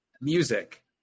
music